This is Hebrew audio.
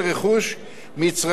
מצרכים כלכליים.